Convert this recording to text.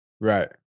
Right